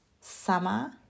Summer